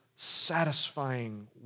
Satisfying